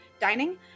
dining